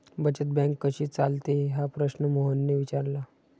बचत बँक कशी चालते हा प्रश्न मोहनने विचारला?